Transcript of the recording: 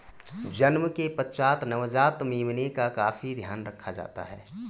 जन्म के पश्चात नवजात मेमने का काफी ध्यान रखा जाता है